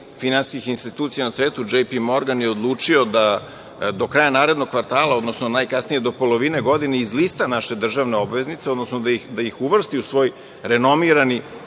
finansijskih institucija na svetu, Džej Pi Morgan je odlučio da do kraja narednog kvartala, odnosno najkasnije do polovine godine izlista naše državne obveznice, odnosno da iz uvrsti u svoj renomirani